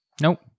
Nope